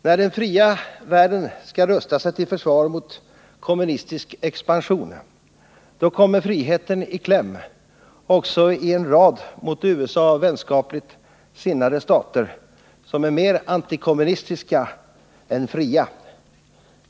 När den ”fria världen” skall rusta sig till försvar mot kommunistisk expansion, då kommer friheten i kläm också i en rad mot USA vänskapligt sinnade stater, som är mer antikommunistiska än fria.